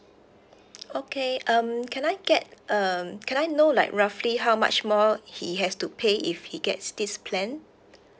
okay um can I get um can I know like roughly how much more he has to pay if he gets this plan